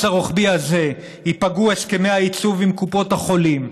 הרוחבי הזה ייפגעו הסכמי הייצוב עם קופות החולים,